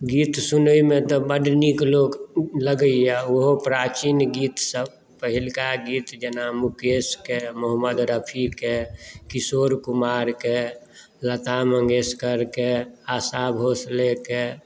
गीत सुनैमे तऽ बड्ड नीक लोक लगैया ओहो प्राचीन गीत सब पहिलका गीत जेना मुकेशकेँ मोहम्मद रफ़ीकेँ किशोर कुमारकेँ लता मंगेशकरकेँ आशा भोसलेकेँ